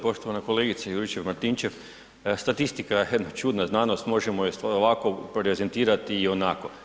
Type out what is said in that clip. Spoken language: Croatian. Poštovana kolegice Juričev-Martinčev statistika je jedna čudna znanost, možemo je ovako prezentirati i onako.